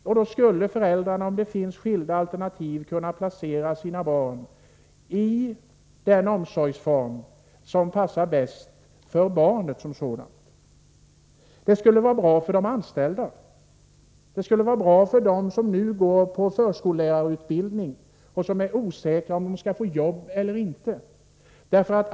Om det fanns skilda alternativ skulle föräldrarna kunna placera sina barn i den omsorgsform som passar bäst för barnet som sådant. Det skulle vara bra för de anställda. Det skulle vara bra för dem som nu går på förskollärarutbildning, och som är osäkra på om de skall få jobb eller inte.